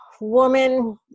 woman